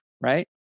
right